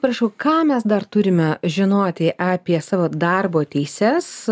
prašau ką mes dar turime žinoti apie savo darbo teises